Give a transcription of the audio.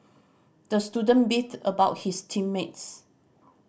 the student beefed about his team mates